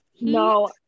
No